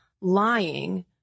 lying